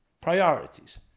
Priorities